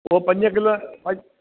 उहो पंज किलो पं